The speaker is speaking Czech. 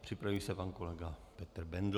Připraví se pan kolega Petr Bendl.